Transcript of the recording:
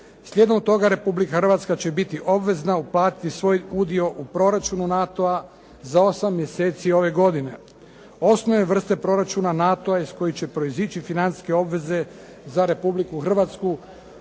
Slijedom toga Republika Hrvatska će biti obvezna uplatiti svoj udio u proračunu NATO-a za 8 mjeseci ove godine. Osnovne vrste NATO-a iz kojih će proizići financijske obveze za Republiku Hrvatsku